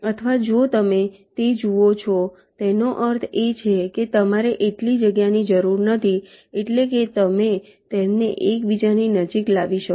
અથવા જો તમે તે જુઓ છો તેનો અર્થ એ કે તમારે એટલી જગ્યાની જરૂર નથી એટલે કે તમે તેમને એકબીજાની નજીક લાવી શકો